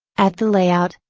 at the layout,